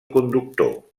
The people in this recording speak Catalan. conductor